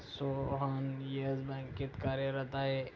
Sohan Yes बँकेत कार्यरत आहे